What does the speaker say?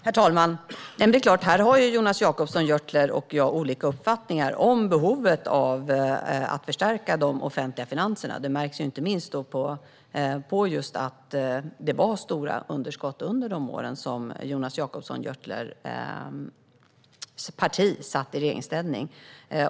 Herr talman! Det är klart att Jonas Jacobsson Gjörtler och jag har olika uppfattningar om behovet av att förstärka de offentliga finanserna. Det märks inte minst på att det var stora underskott under de år då Jonas Jacobsson Gjörtlers parti satt i regeringsställning.